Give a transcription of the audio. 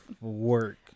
work